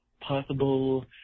possible